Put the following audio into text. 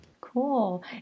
Cool